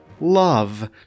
love